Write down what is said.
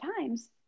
times